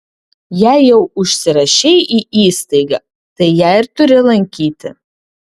jei jau užsirašei į įstaigą tai ją ir turi lankyti